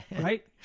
Right